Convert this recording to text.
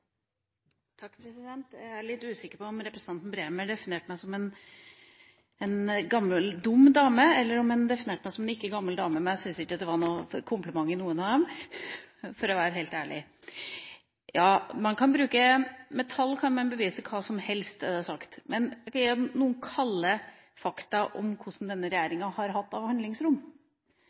definerte meg som en gammel og dum dame, eller om han definerte meg som en ikke-gammel dame, men jeg syns ikke noen av dem var en kompliment, for å være helt ærlig. Med tall kan man bevise hva som helst, blir det sagt. Men det er noen kalde fakta om hva denne regjeringa har hatt av handlingsrom: